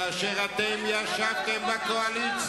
למה אתה לא, כאשר אתם ישבתם בקואליציה,